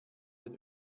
den